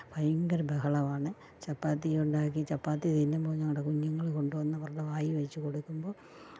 ഭയങ്കര ബഹളമാണ് ചാപ്പത്തിയുണ്ടാക്കി ചപ്പാത്തി തിന്നുമ്പോൾ ഞങ്ങളുടെ കുഞ്ഞുങ്ങളെ കൊണ്ടു വന്ന് അവരുടെ വായിൽ വെച്ചു കൊടുക്കുമ്പോൾ